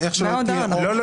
איך שלא תהיה --- לא,